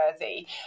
worthy